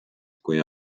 kui